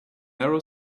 narrow